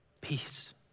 Peace